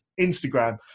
Instagram